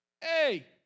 Hey